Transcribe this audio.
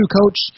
coach